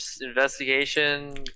investigation